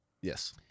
yes